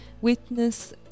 witness